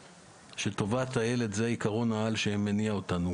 שטובת הילד זה עיקרון העל שמניע אותנו,